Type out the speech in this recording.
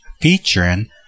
featuring